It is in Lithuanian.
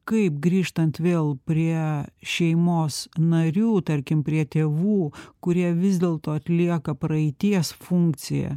kaip grįžtant vėl prie šeimos narių tarkim prie tėvų kurie vis dėlto atlieka praeities funkciją